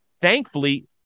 Thankfully